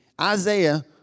Isaiah